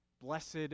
Blessed